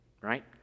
right